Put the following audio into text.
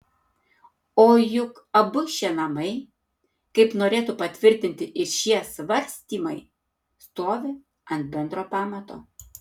o juk abu šie namai kaip norėtų patvirtinti ir šie svarstymai stovi ant bendro pamato